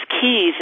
keys